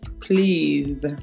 please